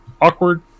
awkward